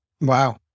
Wow